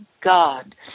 God